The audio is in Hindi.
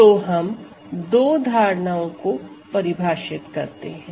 तो हम दो धारणाओं को परिभाषित करते हैं